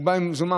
הוא בא עם מזומן,